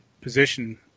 position